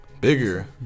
Bigger